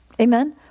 Amen